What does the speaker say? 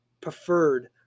preferred